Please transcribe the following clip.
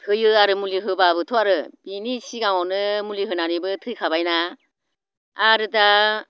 होयो आरो मुलि होब्लाबोथ' आरो इनि सिगाङावनो मुलि होनानैबोथ' थैखाबायना आरो दा